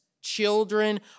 children